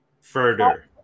further